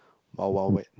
Wild-Wild-Wet